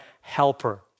helper